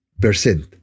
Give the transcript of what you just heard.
percent